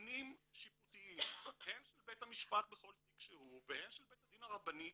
הפנים שיפוטיים הן של בית המשפט בכל תיק שהוא והן של בית הדין הרבני,